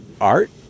art